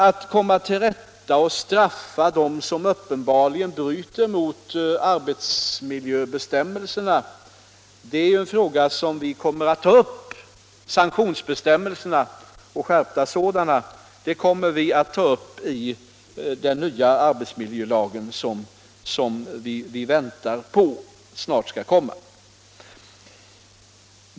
Att komma till rätta med och straffa dem som uppenbarligen bryter mot arbetsmiljöbestämmelserna är en fråga som vi ämnar ta upp. Sanktionsbestämmelser och skärpta sådana kommer vi att införa i den nya arbetsmiljölagen, som snart skall komma.